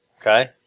Okay